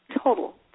total